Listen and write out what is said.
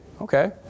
Okay